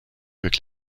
avec